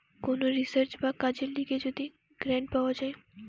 কোন রিসার্চ বা কাজের লিগে যদি গ্রান্ট পাওয়া যায়